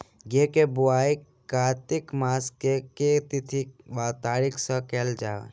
गेंहूँ केँ बोवाई कातिक मास केँ के तिथि वा तारीक सँ कैल जाए?